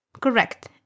correct